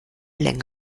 länger